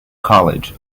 college